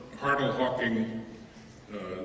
Hartle-Hawking